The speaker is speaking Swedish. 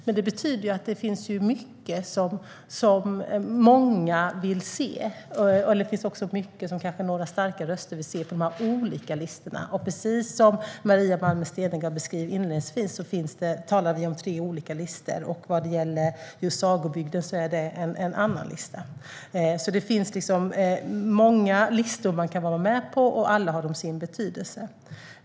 Men det betyder att det finns mycket som många vill se, och det finns mycket som kanske några starka röster vill se på de olika listorna. Precis som Maria Malmer Stenergard beskrev inledningsvis talar vi om tre olika listor. Vad gäller just Sagobygden är det en annan lista. Det finns alltså många listor som man kan vara med på, och alla har sin betydelse.